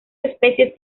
especies